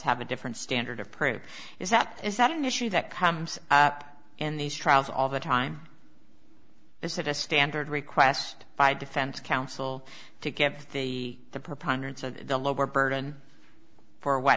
have a different standard of proof is that is that an issue that comes up in these trials all the time this is a standard request by defense counsel to get the the preponderance of the lower burden for what